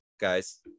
guys